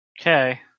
Okay